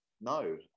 No